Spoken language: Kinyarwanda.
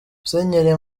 musenyeri